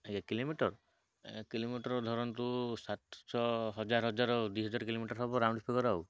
ଆଜ୍ଞା kilometre kilometre ଧରନ୍ତୁ ସାତଶହ ହଜାର ହଜାର ଦୁଇ ହଜାର କିଲୋମିଟର ହବ ରାଉଣ୍ଡ ଫିଗର୍ ଆଉ